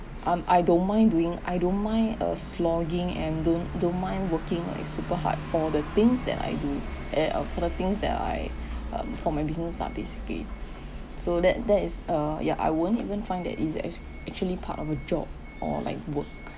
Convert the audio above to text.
um I don't mind doing I don't mind uh slogging and don't don't mind working like super hard for the thing that I do and often things that I um for my business lah basically so that that is a ya I won't even find that is ac~ actually part of a job or like work